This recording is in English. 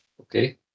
okay